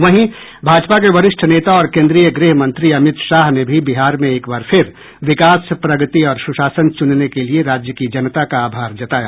वहीं भाजपा के वरिष्ठ नेता और केन्द्रीय गृहमंत्री अमित शाह ने भी बिहार में एक बार फिर विकास प्रगति और सुशासन चुनने के लिए राज्य की जनता का आभार जताया